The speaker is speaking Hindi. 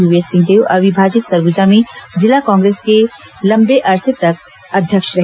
यूएस सिंहदेव अविभाजित सरगुजा में जिला कांग्रेस के लंबे अरसे तक अध्यक्ष रहे